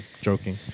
joking